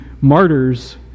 martyrs